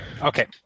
Okay